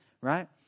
right